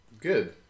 Good